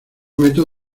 meto